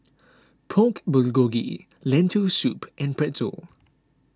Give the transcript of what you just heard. Pork Bulgogi Lentil Soup and Pretzel